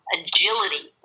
agility